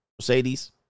Mercedes